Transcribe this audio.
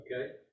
Okay